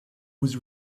was